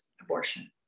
abortion